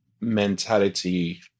mentality